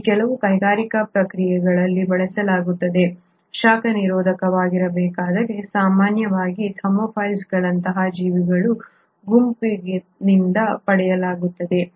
ಈ ಕೆಲವು ಕೈಗಾರಿಕಾ ಪ್ರಕ್ರಿಯೆಗಳಲ್ಲಿ ಬಳಸಲಾಗುತ್ತದೆ ಶಾಖ ನಿರೋಧಕವಾಗಿರಬೇಕಾದರೆ ಸಾಮಾನ್ಯವಾಗಿ ಥರ್ಮೋಫೈಲ್ಗಳಂತಹ ಜೀವಿಗಳ ಗುಂಪಿನಿಂದ ಪಡೆಯಲಾಗುತ್ತದೆ